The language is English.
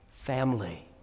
family